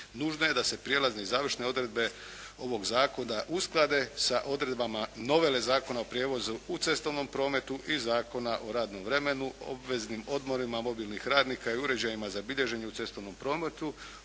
Nužno je da se prijelazne i završne odredbe ovog zakona usklade sa odredbama …/Govornik se ne razumije./… Zakona o prijevozu u cestovnom prometu i Zakona o radnom vremenu, obveznim odmorima mobilnih radnika i uređajima za bilježenje u cestovnom prometu